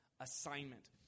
assignment